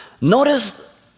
notice